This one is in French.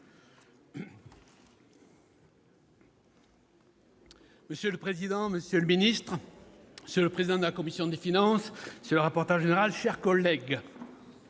Monsieur le président, monsieur le secrétaire d'État, monsieur le président de la commission des finances, monsieur le rapporteur général, mes chers collègues,